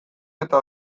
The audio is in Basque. eta